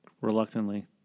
reluctantly